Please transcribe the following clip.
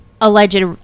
alleged